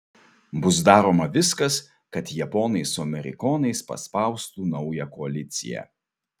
bus daroma viskas kad japonai su amerikonais paspaustų naują koaliciją